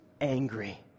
angry